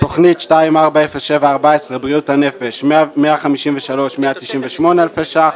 תוכנית 240714 - בריאות הנפש, 153,198 אלפי שקלים